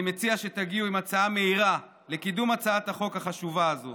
אני מציע שתגיעו עם הצעה מהירה לקיום הצעת החוק החשובה הזאת.